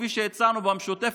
כפי שהצענו במשותפת,